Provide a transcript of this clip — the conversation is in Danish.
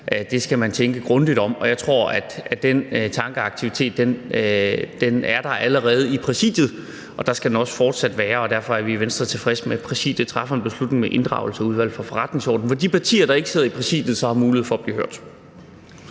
Det skal man tænke grundigt over. Jeg tror, at der allerede er tænkt over det i Præsidiet, og der skal det også fortsat være. Derfor er vi i Venstre tilfredse med, at Præsidiet træffer en beslutning med inddragelse af Udvalget for Forretningsordenen, hvor de partier, der ikke sidder i Præsidiet, så har mulighed for at blive hørt.